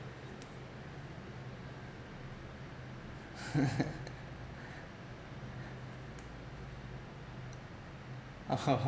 oh